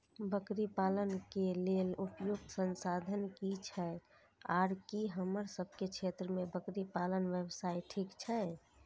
बकरी पालन के लेल उपयुक्त संसाधन की छै आर की हमर सब के क्षेत्र में बकरी पालन व्यवसाय ठीक छै?